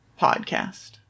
podcast